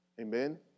Amen